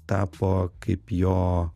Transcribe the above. tapo kaip jo